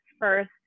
first